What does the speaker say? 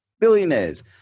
billionaires